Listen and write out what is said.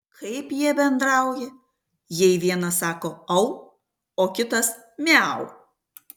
kaip jie bendrauja jei vienas sako au o kitas miau